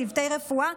צוותי רפואה,